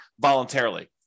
voluntarily